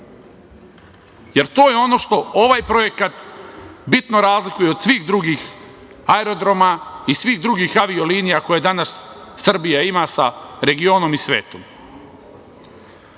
jer to je ono što ovaj projekat bitno razlikuje od svih drugih aerodroma i svih drugih avio linija koje danas Srbija ima sa regionom i svetom,